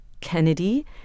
Kennedy